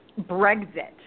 Brexit